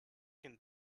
can